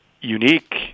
unique